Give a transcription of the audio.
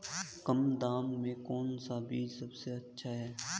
कम दाम में कौन सा बीज सबसे अच्छा है?